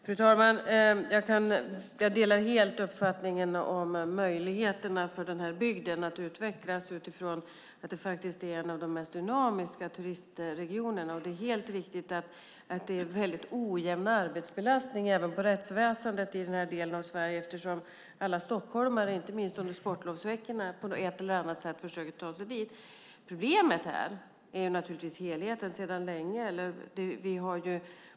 Fru talman! Jag delar helt uppfattningen om möjligheterna för den här bygden att utvecklas, utifrån att det är en av de mest dynamiska turistregionerna. Det är helt riktigt att det är en väldigt ojämn arbetsbelastning även för rättsväsendet i den här delen av Sverige, eftersom alla stockholmare, inte minst under sportlovsveckorna, på ett eller annat sätt försöker ta sig dit. Problemet sedan länge gäller naturligtvis helheten.